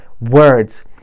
words